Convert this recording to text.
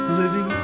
living